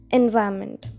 environment